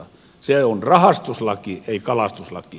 se on rahastuslaki ei kalastuslaki